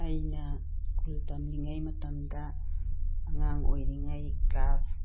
ꯑꯩꯅ ꯁ꯭ꯀꯨꯜ ꯇꯝꯂꯤꯉꯩ ꯃꯇꯝꯗ ꯑꯉꯥꯡ ꯑꯣꯏꯔꯤꯉꯩ ꯀ꯭ꯂꯥꯁ